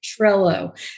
Trello